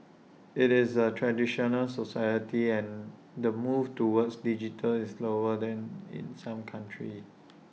it's A traditional society and the move towards digital is slower than in some countries